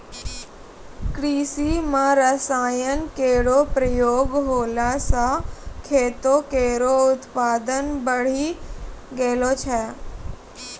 कृषि म रसायन केरो प्रयोग होला सँ खेतो केरो उत्पादन बढ़ी गेलो छै